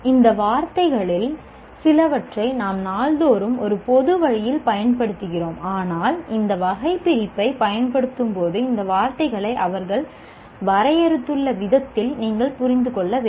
இந்த வார்த்தைகளில் சிலவற்றை நாம் நாள்தோறும் ஒரு பொது வழியில் பயன்படுத்துகிறோம் ஆனால் இந்த வகைபிரிப்பைப் பயன்படுத்தும்போது இந்த வார்த்தைகளை அவர்கள் வரையறுத்துள்ள விதத்தில் நீங்கள் புரிந்து கொள்ள வேண்டும்